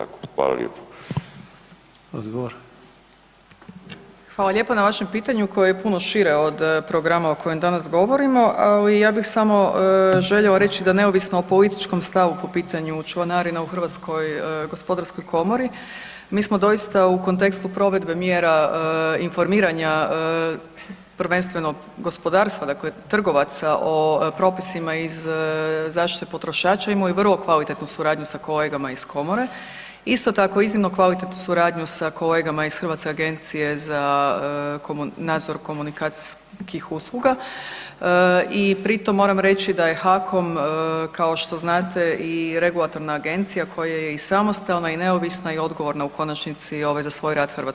Hvala lijepo na vašem pitanju koje je puno šire od programa o kojem danas govorimo, ali ja bih samo željela reći da neovisno o političkom stavu po pitanju članarina u HGK-u, mi smo doista u kontekstu provedbe mjera informiranja prvenstveno gospodarstva, dakle trgovaca o propisima iz zaštite potrošača imali vrlo kvalitetnu suradnju sa kolegama iz komore, isto tako izuzetno kvalitetnu suradnju i sa kolegama iz Hrvatske agencije za nadzor komunikacijskih usluga i pri tom moram reći da je HAKOM kao što znate i regulatorna agencija koja je i samostalna i neovisna i odgovorna u konačnici za svoj rad HS-u.